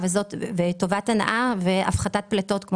טובת הנאה והפחתת פליטות.